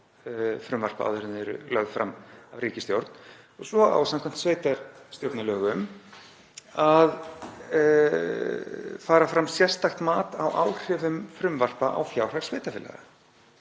frumvarpa áður en þau eru lögð fram af ríkisstjórn. Svo á samkvæmt sveitarstjórnarlögum að fara fram sérstakt mat á áhrifum frumvarpa á fjárhag sveitarfélaga.